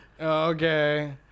Okay